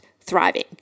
thriving